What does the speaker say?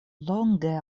longe